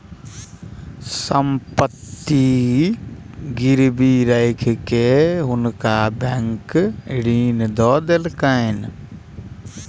संपत्ति गिरवी राइख के हुनका बैंक ऋण दय देलक